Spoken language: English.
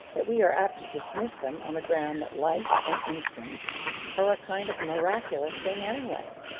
that we are apt to dismiss them on the ground that life and instinct are a kind of miraculous thing anyway.